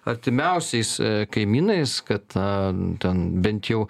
artimiausiais kaimynais kad ten bent jau